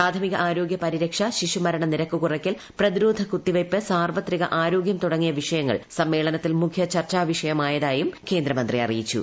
പ്രാഥമിക ആരോഗ്യൂ പ്രിരക്ഷ ശിശുമരണനിരക്ക് കുറയ്ക്കൽ പ്രതിരോധ കുത്തിവയ്പ്പ് സാർപ്പിത്രിക ആരോഗ്യം തുടങ്ങിയ വിഷയങ്ങൾ സമ്മേളനത്തിൽ മുഖ്യ ചർച്ചർവിഷയമായതായും കേന്ദ്രമന്ത്രി അറിയിച്ചു